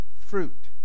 fruit